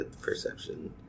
Perception